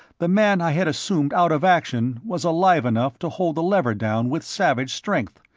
the man i had assumed out of action was alive enough to hold the lever down with savage strength.